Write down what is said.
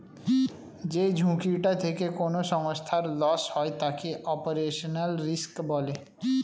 যেই ঝুঁকিটা থেকে কোনো সংস্থার লস হয় তাকে অপারেশনাল রিস্ক বলে